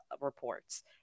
reports